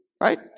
right